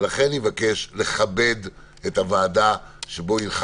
ולכן אני מבקש לכבד את הוועדה שבה הנך